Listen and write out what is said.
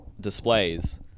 displays